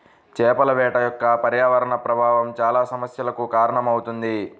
చేపల వేట యొక్క పర్యావరణ ప్రభావం చాలా సమస్యలకు కారణమవుతుంది